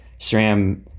sram